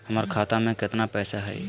हमर खाता मे केतना पैसा हई?